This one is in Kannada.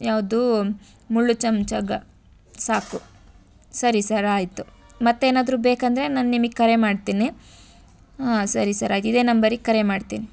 ಯಾವುದು ಮುಳ್ಳು ಚಮ್ಚ ಸಾಕು ಸರಿ ಸರ್ ಆಯಿತು ಮತ್ತೇನಾದ್ರೂ ಬೇಕೆಂದ್ರೆ ನಾನು ನಿಮಿಗೆ ಕರೆ ಮಾಡ್ತೀನಿ ಹಾಂ ಸರಿ ಸರ್ ಆಯ್ತು ಇದೇ ನಂಬರಿಗೆ ಕರೆ ಮಾಡ್ತೀನಿ